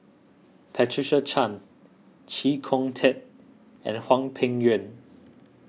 Patricia Chan Chee Kong Tet and Hwang Peng Yuan